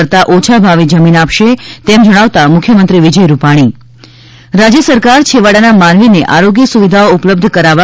કરતા ઓછા ભાવે જમીન આપશે તેમ જણાવતાં મુખ્યમંત્રી વિજય રૂપાણી રાજ્ય સરકાર છેવાડાના માનવીને આરોગ્ય સુવિધાઓ ઉપલબ્ધ કરાવવા